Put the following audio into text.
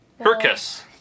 Hercus